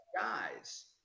guys